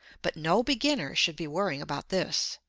but no beginner should be worrying about this.